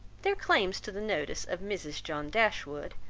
their claims to the notice of mrs. john dashwood,